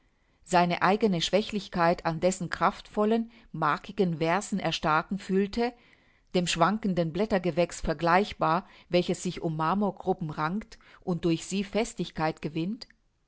seine eigene schwächlichkeit an dessen kraftvollen markigen versen erstarken fühlte dem schwankenden blättergewächs vergleichbar welches sich um marmorgruppen rankt und durch sie festigkeit gewinnt